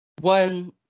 one